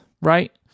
right